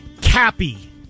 Cappy